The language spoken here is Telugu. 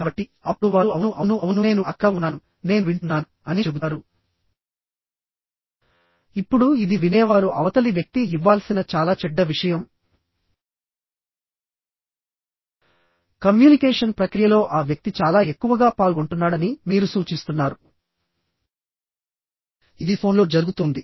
కాబట్టి అప్పుడు వారు అవును అవును అవును నేను అక్కడ ఉన్నాను నేను వింటున్నాను అని చెబుతారు ఇప్పుడు ఇది వినేవారు అవతలి వ్యక్తి ఇవ్వాల్సిన చాలా చెడ్డ విషయం కమ్యూనికేషన్ ప్రక్రియలో ఆ వ్యక్తి చాలా ఎక్కువగా పాల్గొంటున్నాడని మీరు సూచిస్తున్నారు ఇది ఫోన్లో జరుగుతోంది